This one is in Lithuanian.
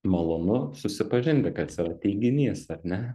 malonu susipažinti kas yra teiginys ar ne